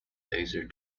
bezier